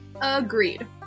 Agreed